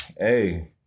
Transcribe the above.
hey